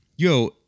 Yo